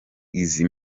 izi